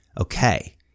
Okay